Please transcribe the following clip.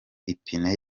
ipine